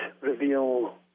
reveal